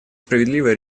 справедливое